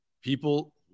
People